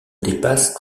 dépasse